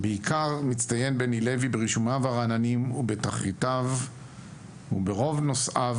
בעיקר מצטיין בני לוי ברישומיו הרעננים ובתחריטיו וברוב נושאיו,